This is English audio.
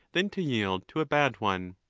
than to yield to a bad one.